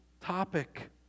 topic